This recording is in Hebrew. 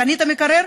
קנית מקרר?